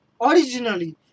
originally